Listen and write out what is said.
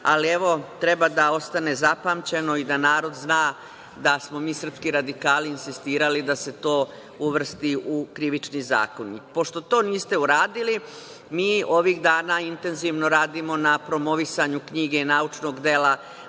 ali evo treba da ostane zapamćeno i da narod zna da smo mi srpski radikali insistirali da se to uvrsti u Krivični zakonik. Pošto to niste uradili, mi ovih dana intenzivno radimo na promovisanju knjige i naučnog dela